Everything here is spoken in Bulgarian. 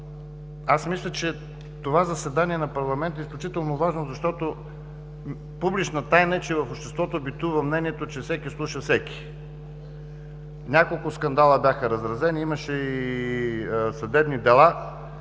Мисля, че това заседание на парламента е изключително важно, защото публична тайна е, че в обществото битува мнението, че всеки слуша всеки. Няколко скандала бяха разразени, имаше и съдебни дела.